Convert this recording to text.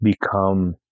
become